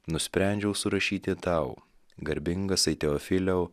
nusprendžiau surašyti tau garbingasai teofiliau